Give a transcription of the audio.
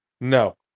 No